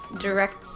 direct